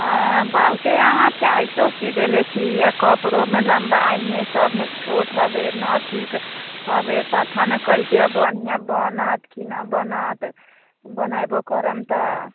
हँ बहुते अहाँ टाइटो सी देले छी आओर कपड़ोमे लम्बाइमे सबमे छोट हइ नहि ठीक हवे पता नहि कइसे अब बढ़ियाँ बनत कि नहि बनत बनेबो करम तऽ